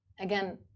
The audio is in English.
Again